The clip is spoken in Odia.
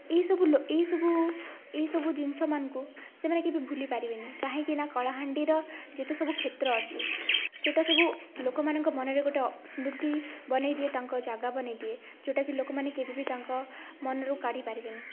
ଏହିସବୁ ଲୋ ଏହିସବୁ ଏହି ସବୁ ଜିନିଷମାନଙ୍କୁ ସେମାନେ କେବେ ଭୁଲିପାରିବେନି କାହିଁକି ନା କଳାହାଣ୍ଡିର ଯେତେ ସବୁ କ୍ଷେତ୍ର ଅଛି ସେଟା ସବୁ ଲୋକମାନଙ୍କ ମନରେ ଗୋଟେ ସ୍ମୃତି ବନେଇ ଦିଏ ତାଙ୍କ ଜାଗା ବନେଇଦିଏ ଯେଉଁଟା କି ଲୋକମାନେ କେବେ ବି ତାଙ୍କ ମନରୁ କାଢ଼ି ପାରିବେନି